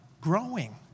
growing